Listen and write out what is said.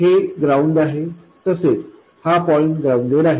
हे ग्राउंड आहे तसेच हा पॉईंट ग्राउंडेड आहे